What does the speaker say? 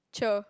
cher